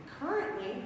Currently